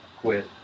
quit